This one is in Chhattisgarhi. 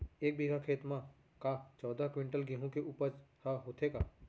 एक बीघा खेत म का चौदह क्विंटल गेहूँ के उपज ह होथे का?